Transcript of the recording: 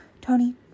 Tony